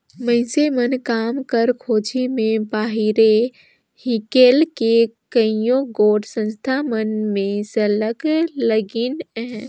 मइनसे मन काम कर खोझी में बाहिरे हिंकेल के कइयो गोट संस्था मन में सरलग लगिन अहें